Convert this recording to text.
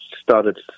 started